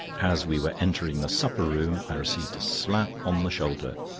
as we were entering the supper-room i received a slap on the shoulder,